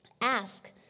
Ask